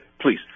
please